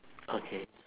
okay